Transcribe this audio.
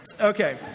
Okay